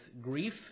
grief